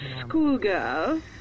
schoolgirl